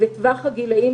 טווח הגילאים,